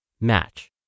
match